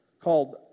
called